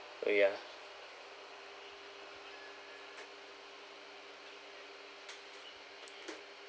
uh yeah